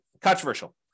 controversial